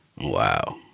Wow